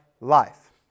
life